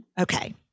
Okay